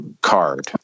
card